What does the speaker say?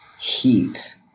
heat